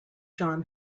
john